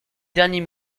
dernier